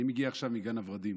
אני מגיע עכשיו מגן הוורדים,